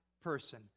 person